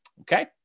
Okay